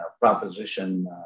proposition